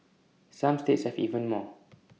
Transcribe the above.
some states have even more